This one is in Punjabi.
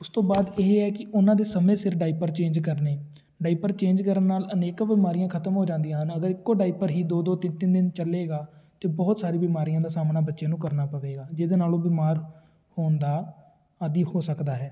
ਉਸ ਤੋਂ ਬਾਅਦ ਇਹ ਹੈ ਕਿ ਉਹਨਾਂ ਦੇ ਸਮੇਂ ਸਿਰ ਡਾਈਪਰ ਚੇਂਜ ਕਰਨੇ ਡਾਈਪਰ ਚੇਂਜ ਕਰਨ ਨਾਲ ਅਨੇਕ ਬਿਮਾਰੀਆਂ ਖ਼ਤਮ ਹੋ ਜਾਂਦੀਆਂ ਹਨ ਅਗਰ ਇੱਕੋ ਡਾਈਪਰ ਹੀ ਦੋ ਦੋ ਤਿੰਨ ਤਿੰਨ ਦਿਨ ਚੱਲੇਗਾ ਤਾਂ ਬਹੁਤ ਸਾਰੀ ਬਿਮਾਰੀਆਂ ਦਾ ਸਾਹਮਣਾ ਬੱਚਿਆਂ ਨੂੰ ਕਰਨਾ ਪਵੇਗਾ ਜਿਹਦੇ ਨਾਲ ਉਹ ਬਿਮਾਰ ਹੋਣ ਦਾ ਆਦੀ ਹੋ ਸਕਦਾ ਹੈ